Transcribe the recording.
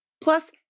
Plus